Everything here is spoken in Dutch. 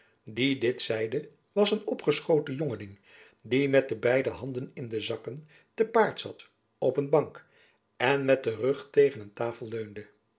die dit zeide was een opgeschoten jongeling die jacob van lennep elizabeth musch met de beide handen in de zakken te paard zat op een bank en met den rug tegen een tafel leunde